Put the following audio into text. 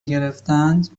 گرفتند